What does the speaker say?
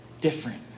different